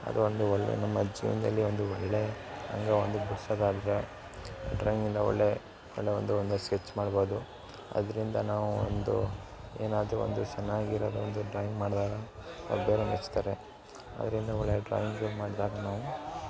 ಅದೊಂದು ಒಳ್ಳೆ ನಮ್ಮ ಜೀವನದಲ್ಲಿ ಒಂದು ಒಳ್ಳೆ ಅಂಗ ಒಂದು ಬಿಡಿಸೋದಾದ್ರೆ ಡ್ರಾಯಿಂಗಿಂದ ಒಳ್ಳೆ ಒಳ್ಳೆ ಒಂದು ಒಂದು ಸ್ಕೆಚ್ ಮಾಡ್ಬೋದು ಅದರಿಂದ ನಾವೊಂದು ಏನಾದ್ರೂ ಒಂದು ಚೆನ್ನಾಗಿ ಇರೋದೊಂದು ಡ್ರಾಯಿಂಗ್ ಮಾಡಿದಾಗ ಅದು ಬೇರೆ ಮೆಚ್ತಾರೆ ಅದರಿಂದ ಒಳ್ಳೆ ಡ್ರಾಯಿಂಗ್ ಮಾಡಿದಾಗ ನಾವು